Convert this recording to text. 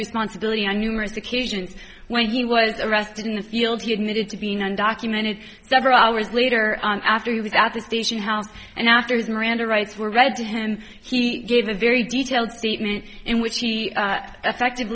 responsibility on numerous occasions when he was arrested in the field he admitted to being undocumented several hours later after he was at the station house and after his miranda rights were read to him he gave a very detailed statement in which he effect